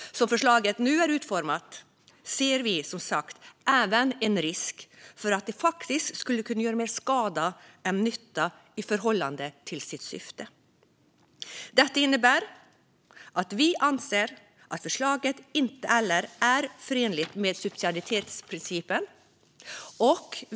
Som förslaget nu är utformat ser vi som sagt även en risk för att det skulle kunna göra mer skada än nytta i förhållande till sitt syfte. Detta innebär att vi anser att förslaget inte heller är förenligt med subsidiaritetsprincipen.